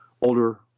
older